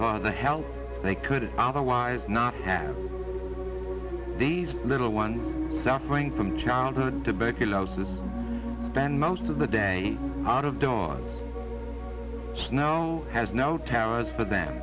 for the help they could otherwise not have these little ones suffering from childhood tuberculosis spend most of the day out of doors snow has no terrors for them